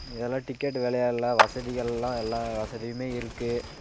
இதெல்லாம் டிக்கெட் விலை எல்லாம் வசதிகள்லாம் எல்லாம் வசதியுமே இருக்குது